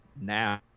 now